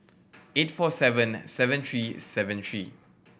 eight four seven eight seven three seven three